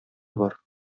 бар